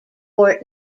fort